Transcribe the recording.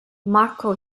marco